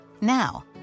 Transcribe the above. Now